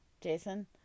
Jason